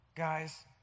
Guys